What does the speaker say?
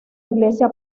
iglesia